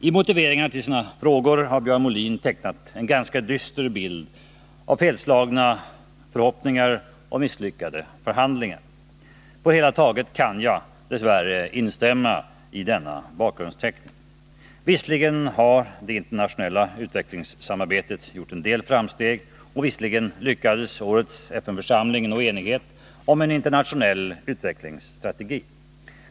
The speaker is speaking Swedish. I motiveringarna till sina frågor har Björn Molin tecknat en ganska dyster bild av felslagna förhoppningar och misslyckade förhandlingar. På det hela taget kan jag instämma i denna bakgrundsteckning. Visserligen har det internationella utvecklingssamarbetet gjort en del framsteg och visserligen lyckades årets FN-församling nå enighet om en internationell utvecklingsstrategi.